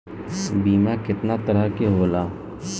बीमा केतना तरह के होला?